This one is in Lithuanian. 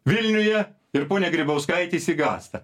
vilniuje ir ponia grybauskaitė išsigąsta